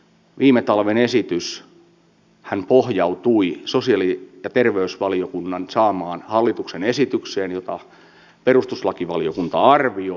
viime talven esityshän pohjautui sosiaali ja terveysvaliokunnan saamaan hallituksen esitykseen jota perustuslakivaliokunta arvioi